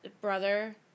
brother